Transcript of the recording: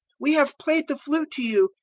we have played the flute to you,